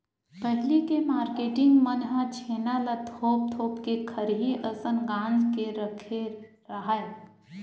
पहिली के मारकेटिंग मन ह छेना ल थोप थोप के खरही असन गांज के रखे राहय